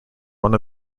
one